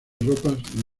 ropas